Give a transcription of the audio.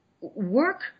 work